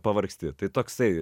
pavargsti tai toksai